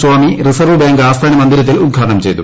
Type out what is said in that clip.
സ്വാമി reserve bank ആസ്ഥാനമന്ദിരത്തിൽ ഉദ്ഘാടനം ചെയ്തു